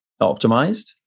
optimized